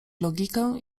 logikę